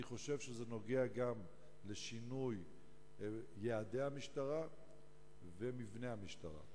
אני חושב שזה קשור גם לשינוי יעדי המשטרה ומבנה המשטרה.